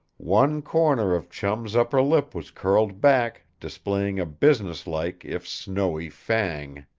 one corner of chum's upper lip was curled back, displaying a businesslike if snowy fang.